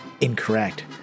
incorrect